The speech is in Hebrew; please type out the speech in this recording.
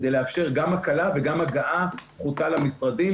כדי לאפשר גם הקלה וגם הגעה דחופה למשרדים